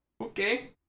okay